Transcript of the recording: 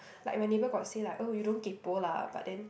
like my neighbour got say lah oh you don't kaypoh lah but then